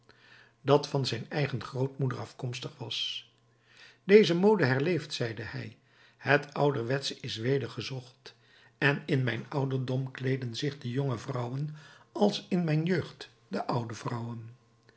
dat van zijn eigen grootmoeder afkomstig was deze mode herleeft zeide hij het ouderwetsche is weder gezocht en in mijn ouderdom kleeden zich de jonge vrouwen als in mijn jeugd de oude vrouwen